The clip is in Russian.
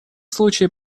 случае